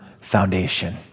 foundation